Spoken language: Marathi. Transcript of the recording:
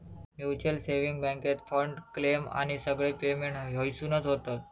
म्युच्युअल सेंविंग बॅन्केत फंड, क्लेम आणि सगळे पेमेंट हयसूनच होतत